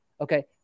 Okay